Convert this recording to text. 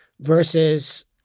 versus